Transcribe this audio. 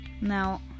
Now